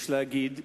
יש להגיד,